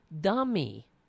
dummy